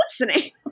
listening